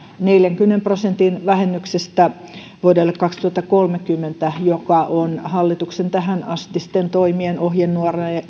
neljänkymmenen prosentin vähennyksestä vuodelle kaksituhattakolmekymmentä joka on hallituksen tähänastisten toimien ohjenuorana